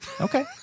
okay